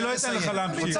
אני לא אתן לך להמשיך.